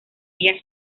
ella